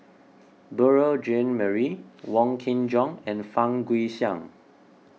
Beurel Jean Marie Wong Kin Jong and Fang Guixiang